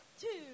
Two